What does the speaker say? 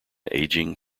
ageing